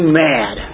mad